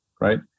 right